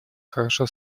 хорошо